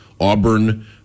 Auburn